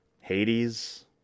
Hades